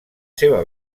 seva